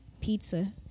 Pizza